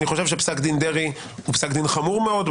אני חושב שפסק דין דרעי הוא פסק דין חמור מאוד,